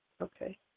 Okay